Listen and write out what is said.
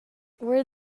where